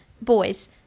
boys